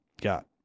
Got